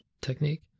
technique